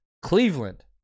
Cleveland